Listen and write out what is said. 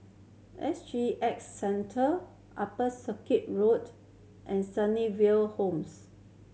S G X Centre Upper Circuit Road and Sunnyville Homes